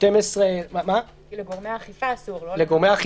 לגורמי האכיפה אסור.